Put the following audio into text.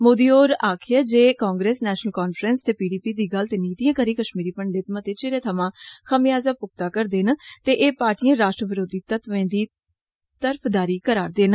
मोदी होरें आक्खेया जे कांग्रेस नैशनल कांफ्रैंस ते पीडीपी दी गलत नीतिएं करी कश्मीरी पंडित मतें चिरें थमां खमियाजा भुगता करदे न ते एह पार्टिएं राष्ट्र विरोधी तत्वें दी तरफदारी करा'रदिआ न